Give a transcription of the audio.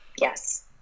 Yes